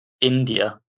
India